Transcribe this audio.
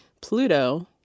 Pluto